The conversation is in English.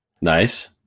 Nice